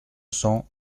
cents